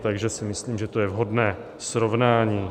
Takže si myslím, že to je vhodné srovnání.